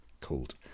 called